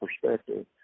perspective